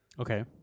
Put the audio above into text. Okay